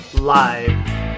Live